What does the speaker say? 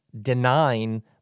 denying